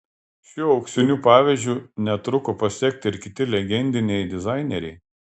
šiuo auksiniu pavyzdžiu netruko pasekti ir kiti legendiniai dizaineriai